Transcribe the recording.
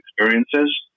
experiences